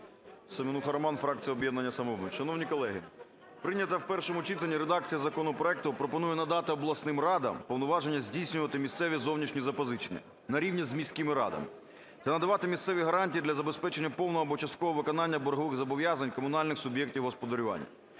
Семенуха Роман, фракція "Об'єднання "Самопоміч". Шановні колеги, прийнята в першому читанні редакція законопроекту пропонує надати обласним радам повноваження здійснювати місцеві зовнішні запозичення на рівні з міськими радами та надавати місцеві гарантії для забезпечення повного або часткового виконання боргових зобов'язань комунальних суб'єктів господарювання.